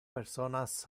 personas